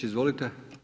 Izvolite.